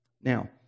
Now